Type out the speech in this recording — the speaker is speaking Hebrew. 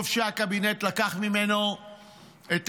טוב שהקבינט לקח ממנו את